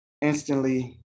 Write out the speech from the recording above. instantly